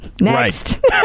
next